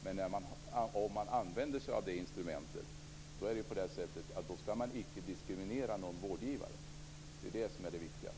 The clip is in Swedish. Men om man använder sig av det instrumentet, då skall man icke diskriminera någon vårdgivare. Det är det som är det viktiga.